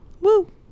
Woo